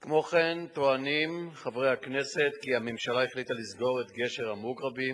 כמו כן טוענים חברי הכנסת כי הממשלה החליטה לסגור את גשר המוגרבים